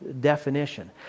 definition